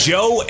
Joe